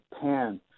Pan